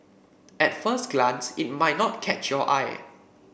at first glance it might not catch your eye